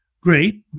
great